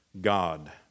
God